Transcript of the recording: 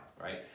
right